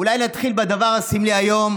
אולי נתחיל בדבר הסמלי היום.